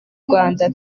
rwanda